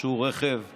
שהוא רכב משוריין,